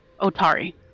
Otari